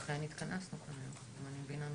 לכן התכנסנו, אם אני מבינה נכון.